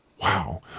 Wow